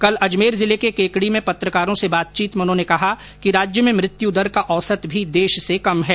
कल अजमेर जिले के केकड़ी में पत्रकारों से बातचीत में उन्होंने कहा कि राज्य में मृत्यु दर का औसत भी देश से कम है